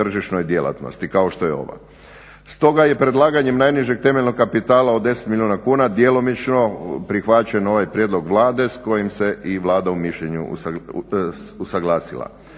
Stoga je predlaganjem najnižeg temeljnog kapitala od 10 milijuna kuna djelomično prihvaćen ovaj prijedlog Vlade s kojim se i Vlada u mišljenju usaglasila.